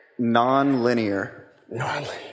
Nonlinear